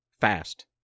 fast